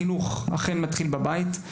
חינוך אכן מתחיל בבית.